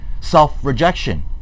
self-rejection